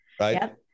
right